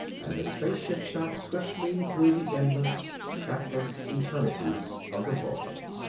and the spaceship shot swiftly through the endless, trackless eternity of the void.